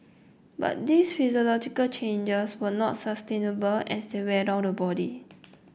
but these physiological changes were not sustainable as they wear down the body